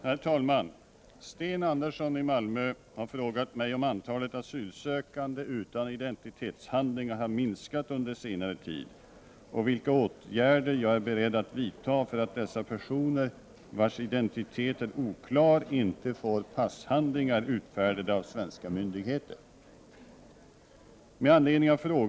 Herr talman! Sten Andersson i Malmö har frågat mig om antalet asylsökande utan identitetshandlingar har minskat under senare tid och vilka åtgärder jag är beredd att vidta för att dessa personer vars identitet är oklar inte får passhandlingar utfärdade av svenska myndigheter.